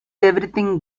everything